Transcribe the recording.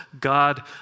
God